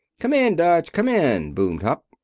come in, dutch! come in! boomed hupp.